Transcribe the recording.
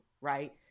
right